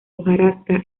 hojarasca